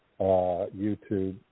YouTube